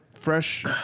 Fresh